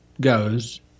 goes